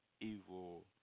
evil